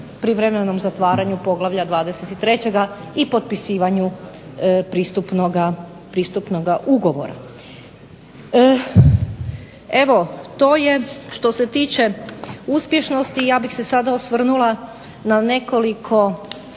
privremenom zatvaranju Poglavlja 23. i potpisivanju pristupnoga ugovora. Evo to je što se tiče uspješnosti, ja bih se sada osvrnula na nekoliko